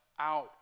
out